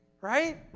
right